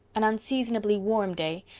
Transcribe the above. an unseasonably warm day,